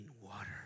water